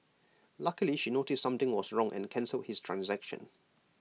luckily she noticed something was wrong and cancelled his transaction